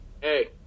Hey